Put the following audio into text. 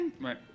Right